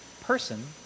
person